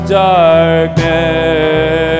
darkness